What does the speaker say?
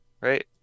Right